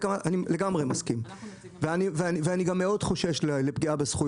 למה לא נעשה את זה רק בעבירות.